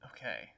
Okay